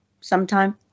sometime